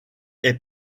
est